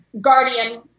guardian